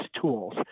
tools